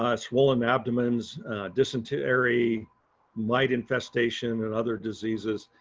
ah swollen abdomens dysentery mite infestation and other diseases.